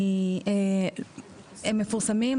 הם מפורסמים,